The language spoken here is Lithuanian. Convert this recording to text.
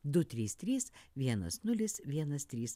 du trys trys vienas nulis vienas trys